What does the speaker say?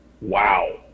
wow